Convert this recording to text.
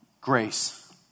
Grace